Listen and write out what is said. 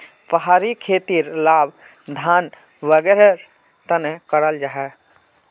पहाड़ी खेतीर लाभ धान वागैरहर तने कराल जाहा